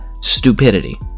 Stupidity